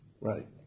right